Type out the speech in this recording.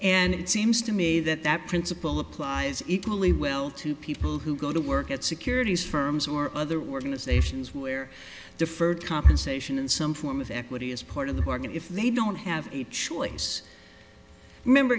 and it seems to me that that principle applies equally well to people who go to work at securities firms or other working as a fashion where deferred compensation and some form of equity is part of the bargain if they don't have a choice remember